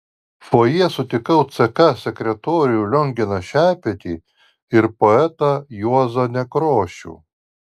fojė sutikau ck sekretorių lionginą šepetį ir poetą juozą nekrošių